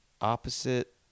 opposite